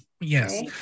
Yes